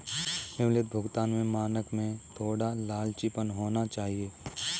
विलंबित भुगतान के मानक में थोड़ा लचीलापन होना चाहिए